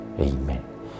Amen